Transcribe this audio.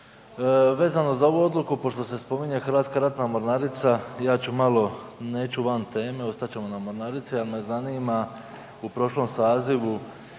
Vezano za ovu odluku, pošto se spominje HRM, ja ću malo, neću van teme, ostat ćemo na mornarici, ali me zanima u prošlom sazivu